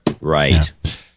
Right